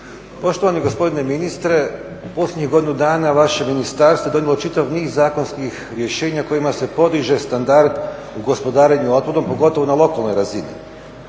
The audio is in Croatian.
Poštovani gospodine ministre, u posljednjih godinu dana vaše ministarstvo je donijelo čitav niz zakonskih rješenja kojima se podiže standard u gospodarenju otpadom pogotovo na lokalnoj razini.